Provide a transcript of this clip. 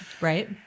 Right